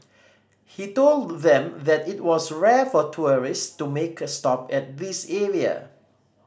he told them that it was rare for tourist to make a stop at this area